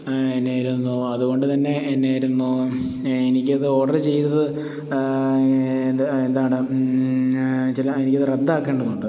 എന്നായിരുന്നു അത് കൊണ്ട് തന്നെ എന്നായിരുന്നു എനിക്ക് അത് ഓർഡറ് ചെയ്തത് എന്താണ് എന്താണ് ചില എനിക്ക് അത് റദ്ദാക്കേണ്ടതുണ്ട്